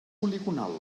poligonal